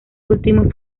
último